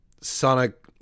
Sonic